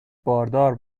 باردار